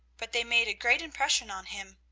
but they made a great impression on him.